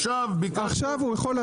עכשיו.